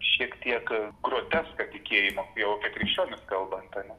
šiek tiek groteską tikėjimo jau apie krikščionis kalbant ar ne